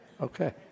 Okay